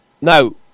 no